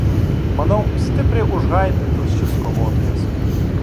manau stipriai užhaipintas šis kovotojas